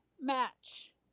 match